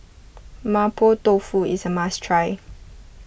Mapo Tofu is a must try